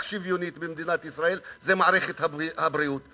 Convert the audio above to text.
שוויונית במדינת ישראל זו מערכת הבריאות,